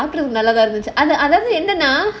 good I mean